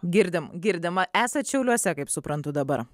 girdim girdim esat šiauliuose kaip suprantu dabar